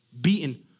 beaten